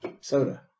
soda